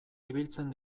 ibiltzen